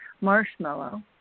marshmallow